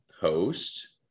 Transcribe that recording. post